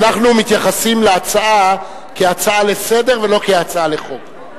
אנחנו מתייחסים להצעה כהצעה לסדר-היום ולא כהצעה לחוק.